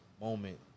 moment